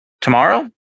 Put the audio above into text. Tomorrow